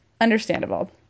understandable